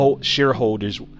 shareholders